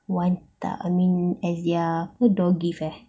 one tak I mean as their apa door gift eh